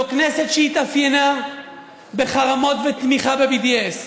זו כנסת שהתאפיינה בחרמות ובתמיכה ב-BDS,